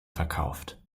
verkauft